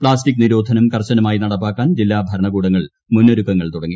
plastic നിരോധനം കർശനമായി നടപ്പാക്കാൻ ജില്ലാ ഭരണകൂടങ്ങൾ മുന്നൊരുക്കങ്ങൾ തുടങ്ങി